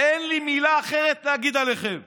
אין לי מילה אחרת להגיד לכם";